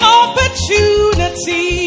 opportunity